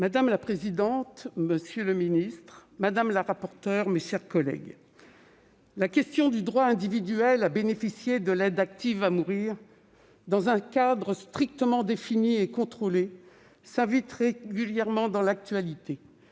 Madame la présidente, monsieur le ministre, mes chers collègues, la question du droit individuel à bénéficier de l'aide active à mourir, dans un cadre strictement défini et contrôlé, s'invite régulièrement dans l'actualité.